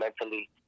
mentally